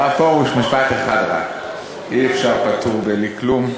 הרב פרוש, משפט אחד רק, אי-אפשר פטור בלי כלום,